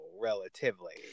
relatively